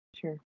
Sure